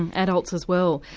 and adults as well.